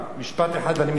משפט אחד ואני מסיים: